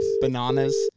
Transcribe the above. Bananas